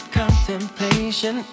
contemplation